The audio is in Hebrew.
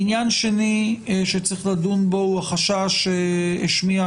עניין שני שצריך לדון בו הוא החשש שהשמיעה